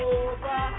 over